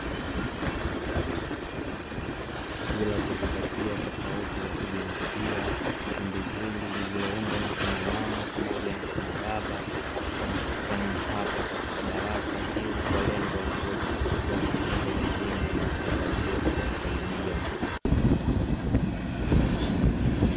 Bila kuzingatia tofauti za kijinsia kundi hili lililoundwa na kina mama pamoja na kina baba wamekusanywa hapa katika darasa hili kwa lengo la kuweza kupatiwa mafunzo muhimu yanayotarajiwa kuwasaidia.